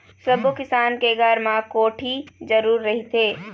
सब्बो किसान के घर म कोठी जरूर रहिथे